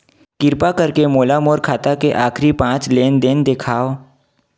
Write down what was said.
किरपा करके मोला मोर खाता के आखिरी पांच लेन देन देखाव